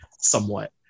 somewhat